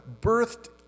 birthed